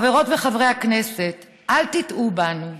חברות וחברי הכנסת, אל תטעו בנו.